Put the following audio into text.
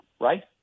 right